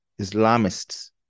Islamists